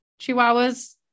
Chihuahuas